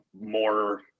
more